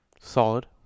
Solid